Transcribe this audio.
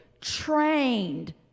trained